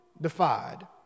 defied